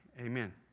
amen